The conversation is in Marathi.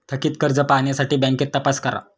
थकित कर्ज पाहण्यासाठी बँकेत तपास करा